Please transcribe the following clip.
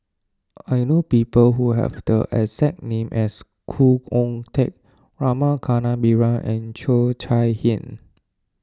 I know people who have the exact name as Khoo Oon Teik Rama Kannabiran and Cheo Chai Hiang